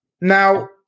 Now